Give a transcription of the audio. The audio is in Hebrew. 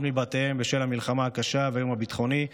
מבתיהם בשל המלחמה הקשה והאיום הביטחוני,